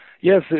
Yes